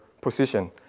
position